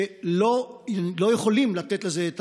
ולא יכולים לתת לזה את